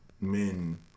men